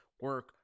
Work